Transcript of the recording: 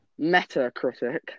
Metacritic